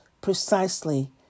precisely